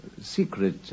secret